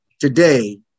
today